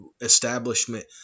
establishment